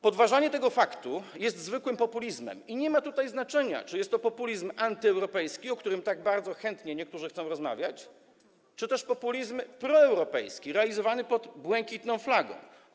Podważanie tego faktu jest zwykłym populizmem i nie ma tutaj znaczenia, czy jest to populizm antyeuropejski, o którym tak bardzo chętnie niektórzy chcą rozmawiać, czy też populizm proeuropejski realizowany pod błękitną flagą.